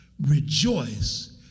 Rejoice